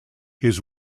his